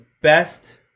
best